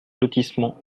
lotissement